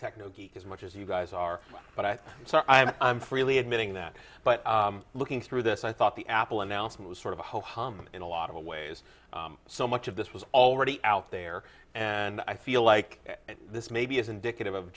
techno geek as much as you guys are but i think so i'm freely admitting that but looking through this i thought the apple announcement was sort of a ho hum in a lot of ways so much of this was already out there and i feel like this maybe is indicative of